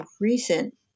recent